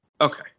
Okay